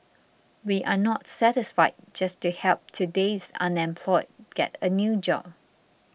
we are not satisfied just to help today's unemployed get a new job